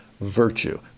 virtue